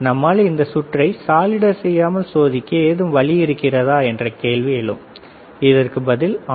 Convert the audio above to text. நம்மால் இந்த சுற்றை சாலிடர் செய்யாமல் சோதிக்க ஏதும் வழி இருக்கிறதா என்ற கேள்வி எழும் இதற்கு பதில் ஆம்